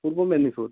Purba Medinipur